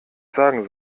sagen